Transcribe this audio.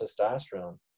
testosterone